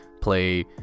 play